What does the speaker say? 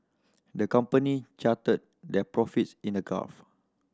the company charted their profits in a graph